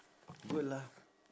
good lah